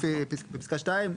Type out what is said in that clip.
לפי פסקה (2)